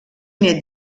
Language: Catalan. nét